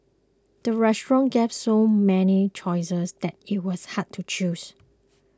the restaurant gave so many choices that it was hard to choose